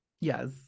Yes